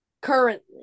currently